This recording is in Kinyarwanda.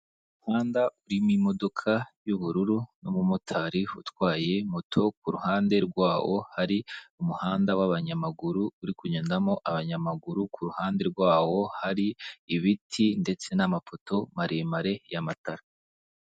Umuhanda urimo imodoka y'ubururu n'umumotari utwaye moto, ku ruhande rwawo hari umuhanda w'abanyamaguru uri kugendamo abanyamaguru, ku ruhande rwawo hari ibiti ndetse n'amapoto maremare y'amatara.